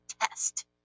test